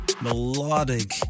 melodic